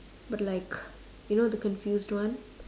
but like you know the confused one